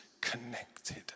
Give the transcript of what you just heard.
connected